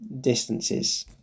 distances